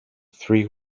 three